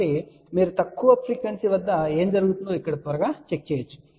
కాబట్టి మీరు తక్కువ పౌనపున్యంలో ఏమి జరుగుతుందో ఇక్కడ త్వరగా చెక్ చేయవచ్చు